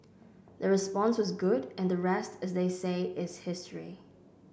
the response was good and the rest as they say is history